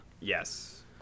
Yes